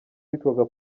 witwaga